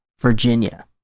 Virginia